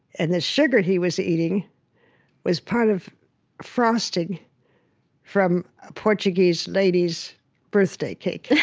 and the sugar he was eating was part of frosting from a portuguese lady's birthday cake, yeah